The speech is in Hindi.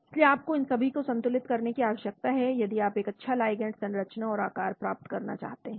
इसलिए आपको इन सभी को संतुलित करने की आवश्यकता है यदि आप एक अच्छा लिगैंड संरचना और आकार प्राप्त करना चाहते हैं